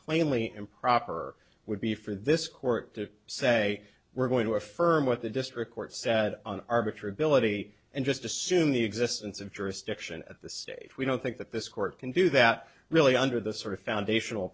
plainly improper would be for this court to say we're going to affirm what the district court said on arbiter ability and just assume the existence of jurisdiction at this stage we don't think that this court can do that really under the sort of foundation